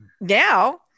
now